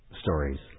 Stories